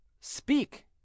speak